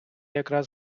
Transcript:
якраз